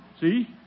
See